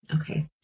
Okay